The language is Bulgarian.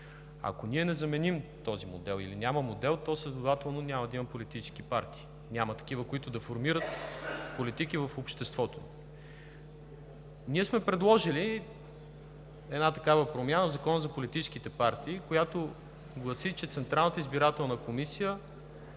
Ако ние не заменим този модел или няма модел, то следователно няма да има политически партии – няма такива, които да формират политики в обществото ни. Ние сме предложили една такава промяна в Закона за политическите партии, която гласи, че Централната избирателна комисия